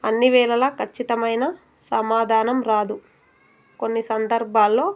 అన్నివేలల ఖచ్చితమైన సమాధానం రాదు కొన్ని సందర్భాల్లో